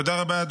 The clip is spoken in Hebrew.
תודה.